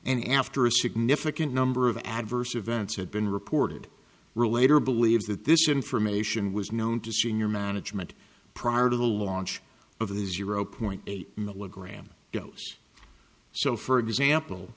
and after a significant number of adverse events had been reported relator believes that this information was known to senior management prior to the launch of the zero point eight milligram dose so for example